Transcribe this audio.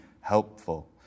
helpful